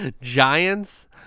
Giants